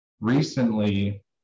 Recently